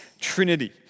Trinity